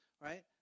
right